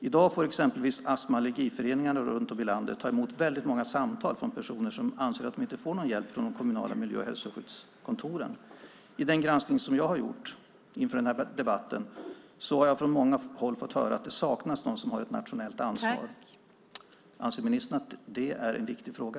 I dag får exempelvis Astma och allergiföreningarna runt om i landet ta emot väldigt många samtal från personer som anser att de inte får någon hjälp från de kommunala miljö och hälsoskyddskontoren. I den granskning som jag har gjort inför denna debatt har jag från många håll fått höra att det saknas någon som har ett nationellt ansvar. Anser ministern att detta är en viktig fråga?